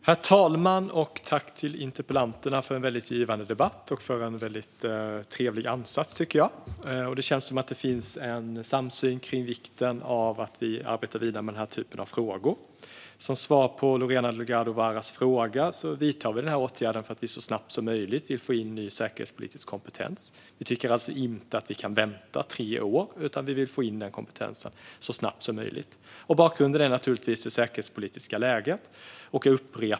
Herr talman! Jag tackar interpellanterna för en givande debatt och en trevlig ansats. Det känns som att det finns en samsyn om vikten av att vi arbetar vidare med den typen av frågor. Låt mig ge ett svar på Lorena Delgado Varas fråga: Vi vidtar åtgärden för att vi så snabbt som möjligt vill få in ny säkerhetspolitisk kompetens. Vi tycker inte att vi kan vänta tre år, utan vi vill få in den kompetensen så snabbt som möjligt. Bakgrunden är naturligtvis det säkerhetspolitiska läget.